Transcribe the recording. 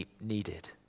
needed